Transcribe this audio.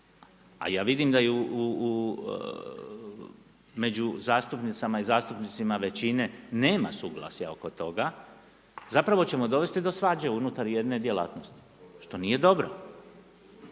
a ja vidim da i među zastupnicama i zastupnicima većine nema suglasja oko toga zapravo ćemo dovesti do svađe unutar jedne djelatnosti što nije dobro.